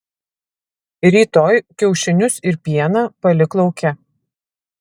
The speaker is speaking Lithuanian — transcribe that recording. rytoj kiaušinius ir pieną palik lauke